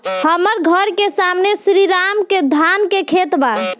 हमर घर के सामने में श्री राम के धान के खेत बा